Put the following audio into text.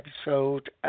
episode